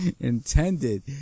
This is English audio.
intended